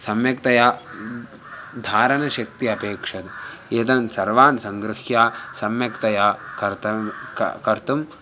सम्यक्तया धारणाशक्तिः अपेक्षिता एतन् सर्वान् सङ्गृह्य सम्यक्तया कर्तव्यं कर्तुं कर्तुं